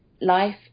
life